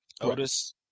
Otis